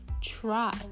try